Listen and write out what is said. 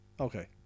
Okay